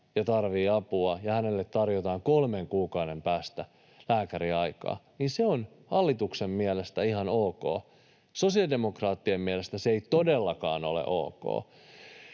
ja tarvitsee apua ja hänelle tarjotaan kolmen kuukauden päästä lääkäriaikaa, ja se on hallituksen mielestä ihan ok. Sosiaalidemokraattien mielestä se ei todellakaan ole ok,